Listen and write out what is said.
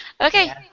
Okay